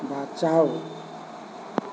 बचाउ